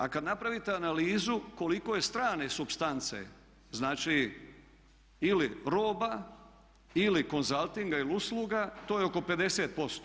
A kada napravite analizu koliko je strane supstance, znači ili roba ili consultinga ili usluga, to je oko 50%